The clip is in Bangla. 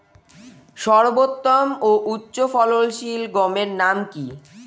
সর্বোত্তম ও উচ্চ ফলনশীল গমের নাম কি?